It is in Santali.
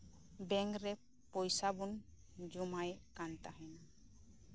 ᱵᱮᱝᱠ ᱨᱮ ᱯᱚᱭᱥᱟ ᱵᱚᱱ ᱡᱚᱢᱟᱭᱮᱫ ᱠᱟᱱ ᱛᱟᱸᱦᱮᱱ